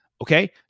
Okay